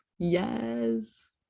Yes